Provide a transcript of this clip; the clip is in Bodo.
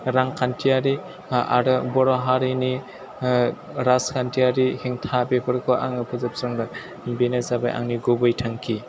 रांखान्थियारि आरो बर' हारिनि राजखान्थियारि हेंथा बेफोरखौ आङो फोजोबस्रांगोन बेनो जाबाय आंनि गुबै थांखि